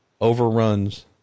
overruns